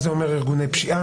אז זה אומר ארגוני פשיעה,